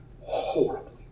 horribly